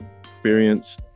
...experience